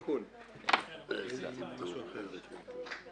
ניתן אישור מינוי כאמור לפי סעיף קטן (א)